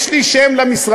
ממשלה, יש לי שם למשרד: